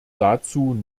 dazu